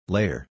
Layer